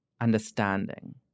understanding